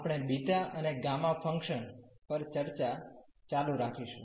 આપણે બીટા અને gamma function પર ચર્ચા ચાલુ રાખીશું